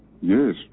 Yes